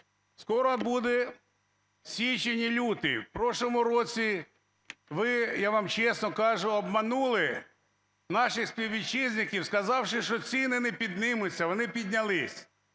скоро буде січень і лютий. В прошлому році ви, я вам чесно кажу, обманули наших співвітчизників, сказавши, що ціни не піднімуться, а вони піднялись.